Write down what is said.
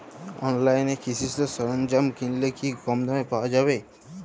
অনলাইনে কৃষিজ সরজ্ঞাম কিনলে কি কমদামে পাওয়া যাবে?